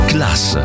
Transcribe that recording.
Class